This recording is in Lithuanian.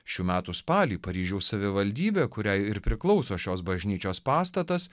šių metų spalį paryžiaus savivaldybė kuriai ir priklauso šios bažnyčios pastatas